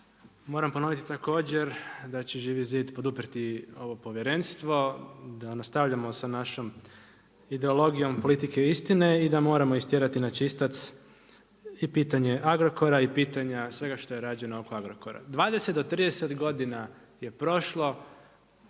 Moram ponoviti također da će Živi zid poduprijeti ovo povjerenstvo, da nastavljamo sa našom ideologijom politike istine i da moramo istjerati na čistac i pitanje Agrokora i pitanja svega što je rađeno oko Agrokora. 20 do 30 godina je prošlo